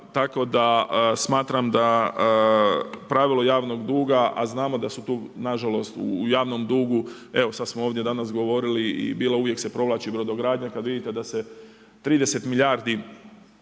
tako da smatram da pravilo javnog duga, a znamo da su tu nažalost u javnom dugu, evo sad smo ovdje danas govorili i bilo uvijek se provlači brodogradnja, kad vidite da se 30 milijardi